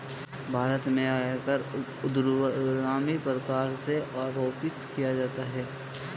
भारत में आयकर ऊर्ध्वगामी प्रकार से आरोपित किया जाता है